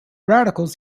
radicals